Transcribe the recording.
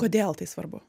kodėl tai svarbu